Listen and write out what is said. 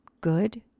good